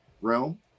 realm